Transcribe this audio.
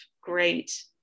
great